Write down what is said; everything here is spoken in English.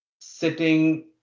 sitting